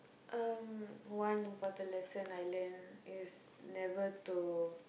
uh one important lesson I learnt is never to